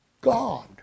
God